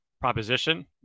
proposition